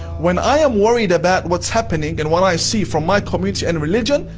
when i am worried about what's happening and what i see from my community and religion,